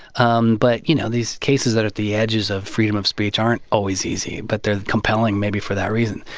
um but, you know, these cases that are at the edges of freedom of speech aren't always easy. but they're compelling maybe for that reason.